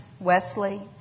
Wesley